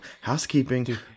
housekeeping